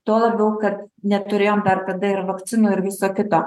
tuo labiau kad neturėjom dar tada ir vakcinų ir viso kito